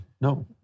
No